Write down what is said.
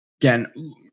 again